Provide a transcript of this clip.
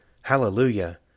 Hallelujah